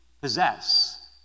possess